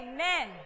Amen